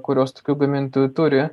kurios tokių gamintojų turi